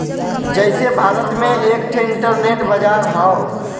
जइसे भारत में एक ठे इन्टरनेट बाजार हौ